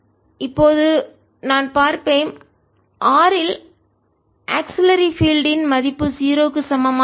எனவே இப்போது நான் பார்ப்பேன் r இல் ஆக்ஸிலரி பீல்டு துணை புலம் ன் மதிப்பு 0 க்கு சமமாக இல்லை